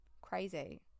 Crazy